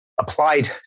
applied